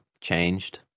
changed